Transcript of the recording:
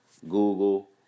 Google